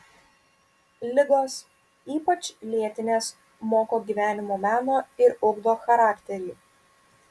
ligos ypač lėtinės moko gyvenimo meno ir ugdo charakterį